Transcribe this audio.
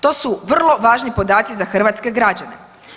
To su vrlo važni podaci za hrvatske građane.